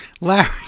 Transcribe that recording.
larry